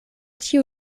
ĉiu